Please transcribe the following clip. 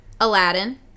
Aladdin